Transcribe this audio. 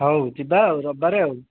ହଉ ଯିବା ଆଉ ରବିବାରେ ଆଉ